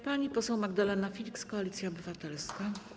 Pani poseł Magdalena Filiks, Koalicja Obywatelska.